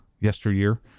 yesteryear